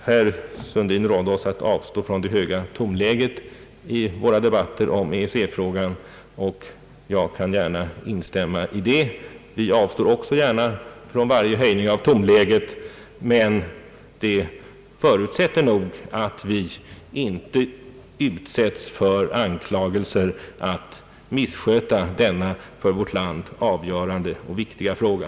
Herr Sundin rådde oss att avstå från det höga tonläget i våra debatter i EEC frågan, och jag kan gärna instämma i det. Vi avstår gärna från varje höjning av tonläget, men det förutsätter att vi inte utsätts för anklagelser att missköta denna för vårt land avgörande och viktiga fråga.